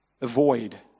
Avoid